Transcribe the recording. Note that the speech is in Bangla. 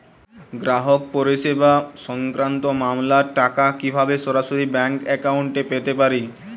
গ্রাহক পরিষেবা সংক্রান্ত মামলার টাকা কীভাবে সরাসরি ব্যাংক অ্যাকাউন্টে পেতে পারি?